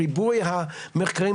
ריבוי המחקרים,